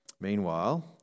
Meanwhile